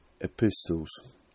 Epistles